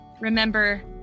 Remember